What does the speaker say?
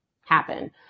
happen